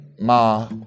Ma